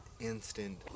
instant